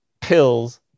pills